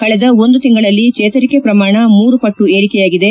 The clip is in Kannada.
ಕಳೆದ ಒಂದು ತಿಂಗಳಲ್ಲಿ ಜೇತರಿಕೆ ಪ್ರಮಾಣ ಮೂರು ಪಟ್ಟು ಏರಿಕೆಯಾಗಿದೆ